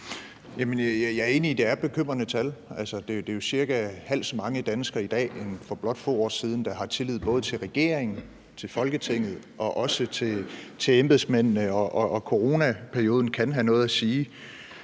Jeg er enig i, at det er bekymrende tal. Altså, der er jo cirka halvt så mange danskere i dag som for blot få år siden, der både har tillid til regeringen, til Folketinget og også til embedsmændene, og coronaperioden kan have noget at sige.